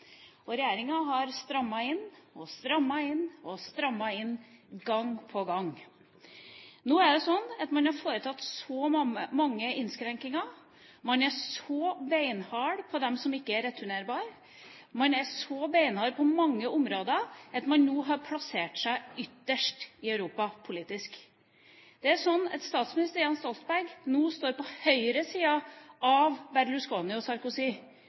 regjeringa har strammet inn og strammet inn og strammet inn gang på gang. Nå er det sånn at man har foretatt så mange innskrenkinger. Man er så beinhard overfor dem som ikke er returnerbare. Man er så beinhard på mange områder at man nå har plassert seg ytterst i Europa politisk. Det er sånn at statsminister Jens Stoltenberg nå står på høyresiden av Berlusconi og